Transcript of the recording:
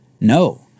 No